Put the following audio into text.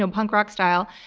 um punk-rock style.